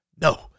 No